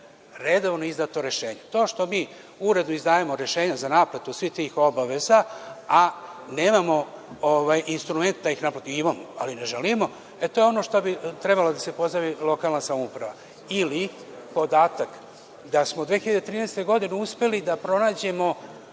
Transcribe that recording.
redovno izdato rešenje. To što mi uredno izdajemo rešenja za naplatu svih tih obaveza, a nemamo instrument, imamo ali ne želimo, e to je, ono čime bi trebala da se pozabavi lokalna samouprava. Ili podatak da smo 2013. godine uspeli da pronađemo